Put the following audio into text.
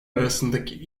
arasındaki